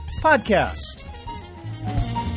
podcast